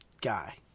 guy